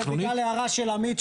זה בגלל הערה של עמית,